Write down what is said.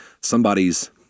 somebody's